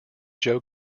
joe